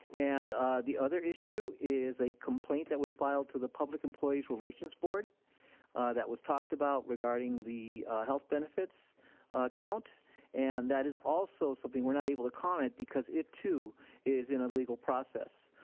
and the other issue is a complaint that was filed to the public employees relations board that was talked about regarding the health benefits account and that is also something we're not able to comment because it too is in a legal process.